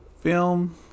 film